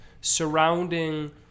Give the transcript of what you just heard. surrounding